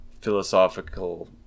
philosophical